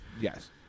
Yes